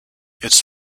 its